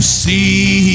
see